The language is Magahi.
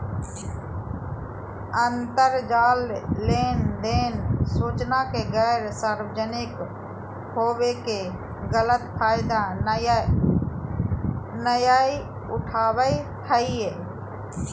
अंतरजाल लेनदेन सूचना के गैर सार्वजनिक होबो के गलत फायदा नयय उठाबैय हइ